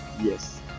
yes